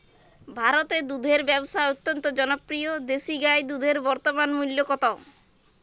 ভারতে দুধের ব্যাবসা অত্যন্ত জনপ্রিয় দেশি গাই দুধের বর্তমান মূল্য কত?